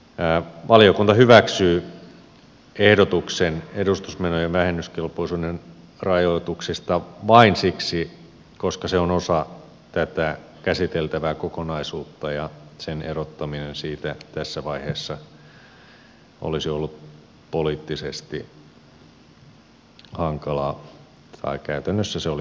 valiokunta hyväksyy ehdotuksen edustusmenojen vähennyskelpoisuuden rajoituksista vain siksi että se on osa tätä käsiteltävää kokonaisuutta ja sen erottaminen siitä tässä vaiheessa olisi ollut poliittisesti hankalaa tai käytännössä se oli mahdotonta